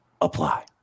apply